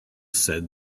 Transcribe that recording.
said